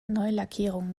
neulackierung